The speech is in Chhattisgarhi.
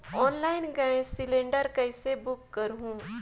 ऑनलाइन गैस सिलेंडर कइसे बुक करहु?